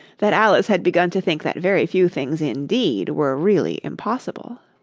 that alice had begun to think that very few things indeed were really impossible.